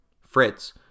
Fritz